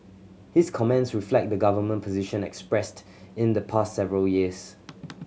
his comments reflect the government position expressed in the past several years